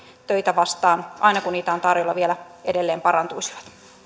töitä vastaan aina kun niitä on tarjolla vielä edelleen parantuisivat